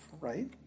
right